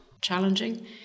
challenging